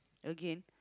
again